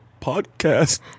podcast